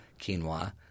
quinoa